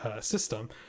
system